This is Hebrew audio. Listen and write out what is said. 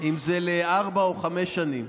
אם זה לארבע או חמש שנים.